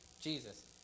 Jesus